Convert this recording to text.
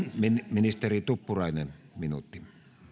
ministeri tuppurainen minuutti